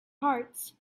hearts